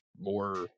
more